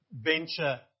venture